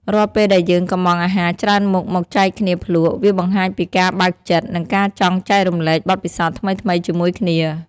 រាល់ពេលដែលយើងកម្ម៉ង់អាហារច្រើនមុខមកចែកគ្នាភ្លក់ វាបង្ហាញពីការបើកចិត្ត និងការចង់ចែករំលែកបទពិសោធន៍ថ្មីៗជាមួយគ្នា។